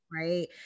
right